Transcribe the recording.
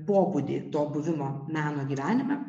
pobūdį to buvimo meno gyvenime